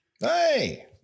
Hey